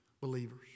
believers